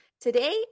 Today